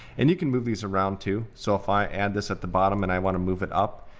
and you can move these around too. so if i add this at the bottom and i want to move it up,